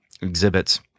exhibits